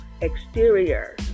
exterior